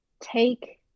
take